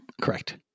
Correct